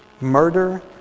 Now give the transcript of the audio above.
murder